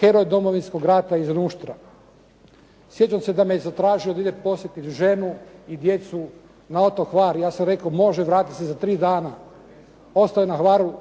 heroj Domovinskog rata iz Nuštra. Sjećam se da me je zatražio da ide posjetiti ženu i djecu na otok Hvar. Ja sam rekao može, vrati se za tri dana. Ostao je na Hvaru